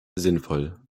sinnvoll